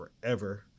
forever